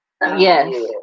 yes